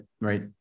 right